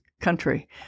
country